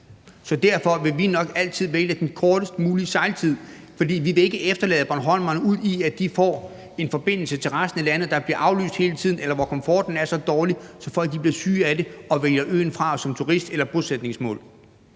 Derfor vil vi nok altid vælge den kortest mulige sejltid, fordi vi ikke vil efterlade bornholmerne ud i, at de får en forbindelse til resten af landet, der bliver aflyst hele tiden, eller hvor komforten er så dårlig, at folk bliver syge af det og vælger øen fra som turist- eller bosætningsmål.